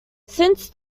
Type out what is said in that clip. since